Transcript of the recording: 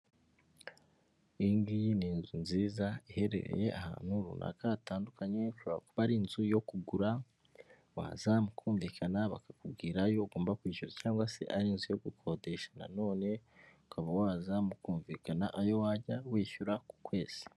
Iyi ngiyi ni inzu nziza iherereye ahantu runaka hatandukanye, hashobora kuba ari inzu yo kugura waza mukumvikana bakakubwira ayo ugomba kwishyura, cyangwa se ari inzu yo gukodesha nanone ukaba waza mukumvikana ayo wajya wishyura ku kwezi.